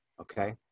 Okay